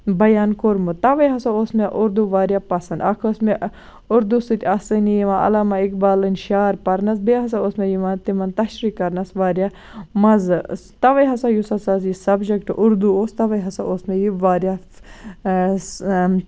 بَیان کوٚرمُت تَوَے ہسا اوس مےٚ اُردو واریاہ پَسنٛد اکھ ٲس مےٚ اُردو سۭتۍ آسانی یِوان علامہٕ اِقبالٕنۍ شار پَرنَس بیٚیہِ ہسا اوس مےٚ یِوان تِمن تَشرِیٖع کرنَس واریاہ مَزٕ تَوَے ہسا یُس ہسا یہِ سَبجیکٹ اُردو اوس تَوَے ہسا اوس مےٚ یہِ واریاہ